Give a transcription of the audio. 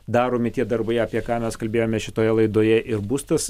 daromi tie darbai apie ką mes kalbėjome šitoje laidoje ir bus tas